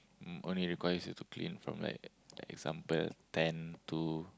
um only requires you to clean from like example ten to